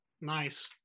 Nice